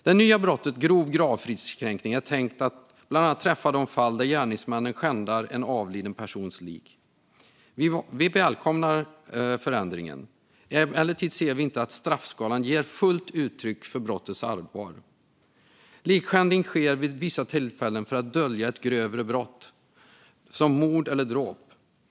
Det nya brottet grov gravfridskränkning är tänkt att bland annat träffa de fall där gärningsmannen skändar en avliden persons lik. Vi välkomnar förändringen. Emellertid anser vi inte att straffskalan ger fullt uttryck för brottets allvar. Likskändning sker vid vissa tillfällen för att dölja ett grövre brott, som mord eller dråp.